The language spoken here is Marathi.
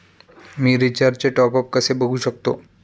मी रिचार्जचे टॉपअप कसे बघू शकतो?